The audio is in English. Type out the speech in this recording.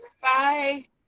Bye